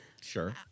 sure